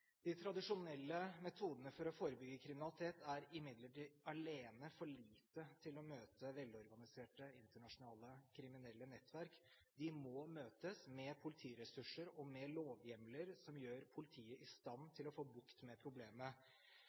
De tradisjonelle metodene for å forebygge kriminalitet er imidlertid alene for lite til å møte velorganiserte, internasjonale kriminelle nettverk. De må møtes med politiressurser og med lovhjemler som gjør politiet i stand til å få bukt med problemet.